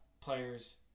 players